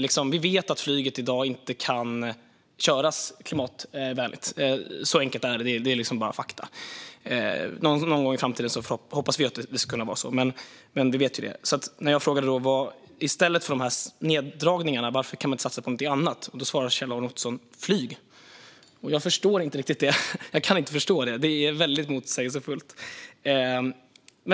Vi vet att flyget i dag inte kan köras klimatvänligt. Så enkelt är det. Det är fakta. Någon gång i framtiden hoppas vi att det kan gå, men nu vet vi detta. Men när jag frågar om man inte kan satsa på någonting annat i stället för dessa neddragningar svarar Kjell-Arne Ottosson alltså flyg. Jag förstår inte det. Det är väldigt motsägelsefullt.